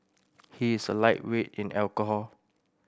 he is a lightweight in alcohol